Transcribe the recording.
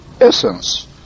essence